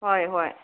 ꯍꯣꯏ ꯍꯣꯏ